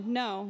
no